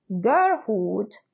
girlhood